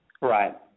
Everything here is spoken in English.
right